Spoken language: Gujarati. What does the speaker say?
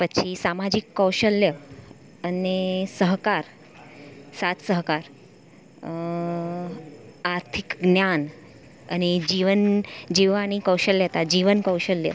પછી સામાજીક કૌશલ્ય અને સહકાર સાથ સહકાર આર્થિક જ્ઞાન અને જીવન જીવવાની કૌશલ્યતા જીવન કૌશલ્ય